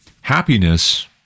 happiness